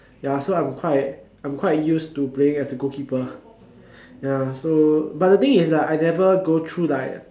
ya so I'm quite I'm quite used to playing as a goalkeeper ya so but the thing is like I never go through like